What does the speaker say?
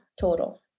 total